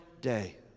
day